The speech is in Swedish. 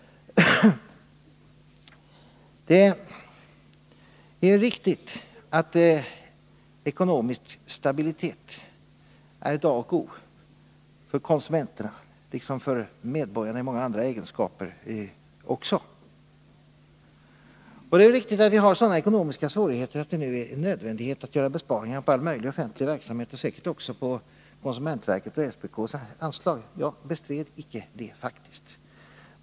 Det är riktigt att ekonomisk stabilitet är A och O för konsumenterna, liksom för medborgarna också i många andra egenskaper. Det är även riktigt att vi har sådana ekonomiska svårigheter att det nu är en nödvändighet att göra besparingar på all möjlig offentlig verksamhet, bl.a. också på konsumentverkets och SPK:s anslag. Jag bestred inte alls detta.